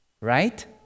right